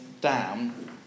down